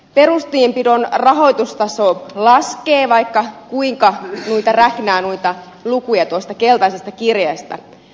perustienpidon rahoitustaso laskee vaikka kuinka räknää noita lukuja tuosta keltaisesta kirjasta